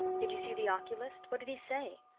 did you see the oculist? what did he say?